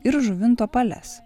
ir žuvinto pales